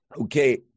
Okay